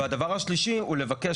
הדבר השלישי הוא לבקש.